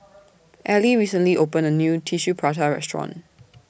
Ellie recently opened A New Tissue Prata Restaurant